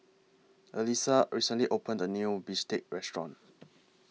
Alisa recently opened A New Bistake Restaurant